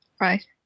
Right